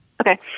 Okay